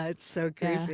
it's so creepy.